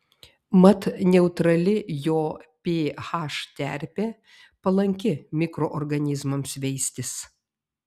mat neutrali jo ph terpė palanki mikroorganizmams veistis